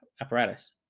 apparatus